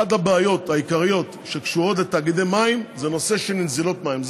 אחת הבעיות העיקריות שקשורות לתאגידי מים זה הנושא של נזילות מים.